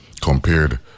compared